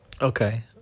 okay